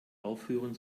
aufhören